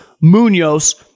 Munoz